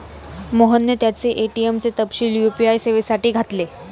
मोहनने त्याचे ए.टी.एम चे तपशील यू.पी.आय सेवेसाठी घातले